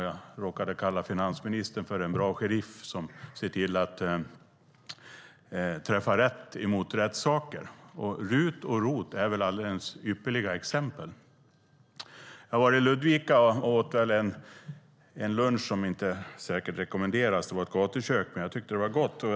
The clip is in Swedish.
Jag råkade kalla finansministern för en bra sheriff som ser till att träffa rätt. RUT och ROT är väl alldeles ypperliga exempel. Jag var i Ludvika och åt en lunch som säkert inte rekommenderas men som jag tyckte var god. Det var på ett gatukök.